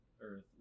earth